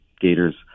Gators